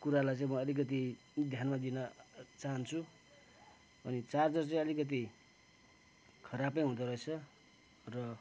कुरालाई चाहिँ म अलिकति ध्यानमा दिन चाहन्छु अनि चार्जर चाहिँ अलिकति खराब नै हुँदोरहेछ र